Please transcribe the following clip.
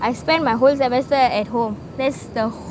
I spend my whole semester at home that's the